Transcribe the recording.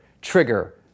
trigger